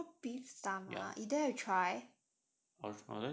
raw beef stomach you dare to try